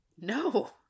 No